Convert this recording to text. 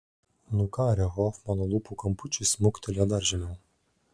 nukarę hofmano lūpų kampučiai smuktelėjo dar žemiau